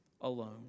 alone